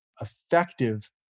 effective